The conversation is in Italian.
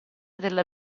della